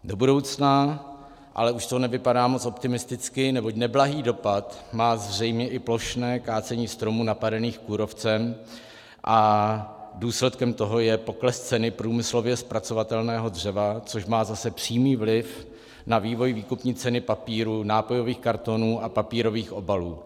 Do budoucna už to ale nevypadá moc optimisticky, neboť neblahý dopad má zřejmě i plošné kácení stromů napadených kůrovcem a důsledkem toho je pokles ceny průmyslově zpracovatelného dřeva, což má zase přímý vliv na vývoj výkupní ceny papíru, nápojových kartonů a papírových obalů.